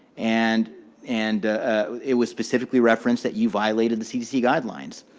and and it was specifically referenced that you violated the cdc guidelines.